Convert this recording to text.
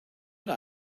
not